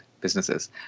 businesses